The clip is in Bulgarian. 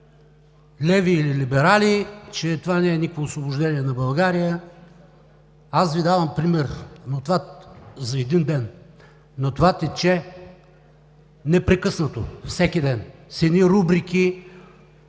леви или либерали, че това не е никакво освобождение на България. Аз Ви давам пример за един ден, но това тече непрекъснато, всеки ден с едни рубрики,